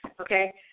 Okay